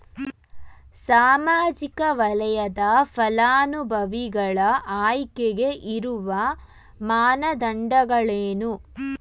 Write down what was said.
ಸಾಮಾಜಿಕ ವಲಯದ ಫಲಾನುಭವಿಗಳ ಆಯ್ಕೆಗೆ ಇರುವ ಮಾನದಂಡಗಳೇನು?